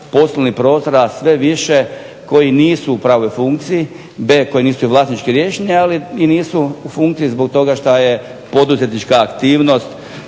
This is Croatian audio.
poslovni prostora sve više koji nisu u pravoj funkciji, koji nisu vlasnički riješeni, ali i nisu u funkciji zbog toga što je poduzetnička aktivnost